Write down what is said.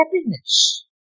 happiness